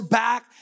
back